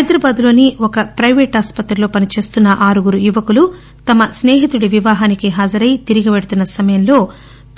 హైదరాబాద్ లోని ఓ ప్లైవేటు ఆసుపత్రిలో పని చేస్తున్న ఆరుగురు యువకులు తమ స్పేహితుడి వివాహానికి హాజరై తిరిగి పెళుతున్న సమయంలో